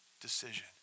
decision